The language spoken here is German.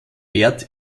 wert